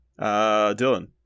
Dylan